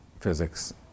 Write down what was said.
physics